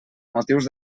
motius